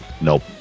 Nope